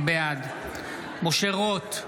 בעד משה רוט,